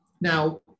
Now